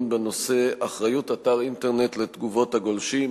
בנושא: אחריות אתר אינטרנט לתגובות הגולשים,